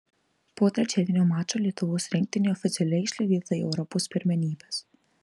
po trečiadienio mačo lietuvos rinktinė oficialiai išlydėta į europos pirmenybes